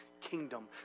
kingdom